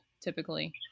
typically